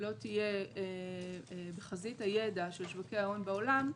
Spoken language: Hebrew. לא תהיה בחזית הידע של שוקי ההון בעולם,